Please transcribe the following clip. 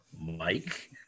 Mike